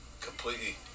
completely